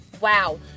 Wow